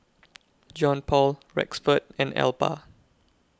Johnpaul Rexford and Elba